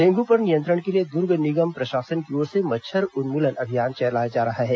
dengue पर नियंत्रण के लिए दर्ग निगम प्रशासन की ओर से मच्छर उन्मूलन अभियान चलाया जा रहा है